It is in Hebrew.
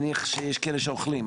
אני מניח שיש כאלה שאוכלים,